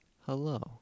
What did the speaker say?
hello